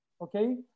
Okay